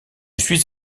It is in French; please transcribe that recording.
suis